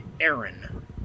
Aaron